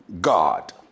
god